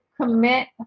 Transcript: commit